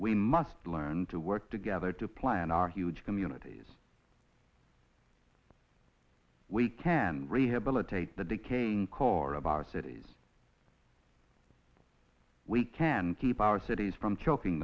we must learn to work together to plan our huge communities we can rehabilitate the decaying core of our cities we can keep our cities from choking